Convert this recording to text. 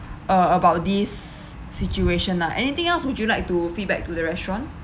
uh about this situation lah anything else would you like to feedback to the restaurant